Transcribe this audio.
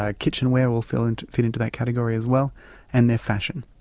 ah kitchenware will fit into fit into that category as well and they're fashion.